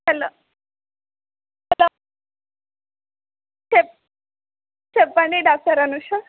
hello hello చెప్ చెప్పండి doctor Anusha